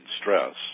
stress